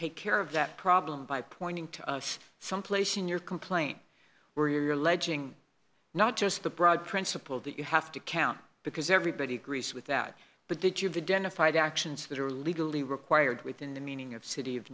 take care of that problem by pointing to us someplace in your complaint where you're alleging not just the broad principle that you have to count because everybody agrees with that but that you've identified actions that are legally required within the meaning of city of